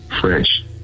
French